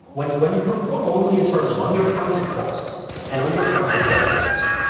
when when you perform only in terms of undercounted costs and over counted benefits,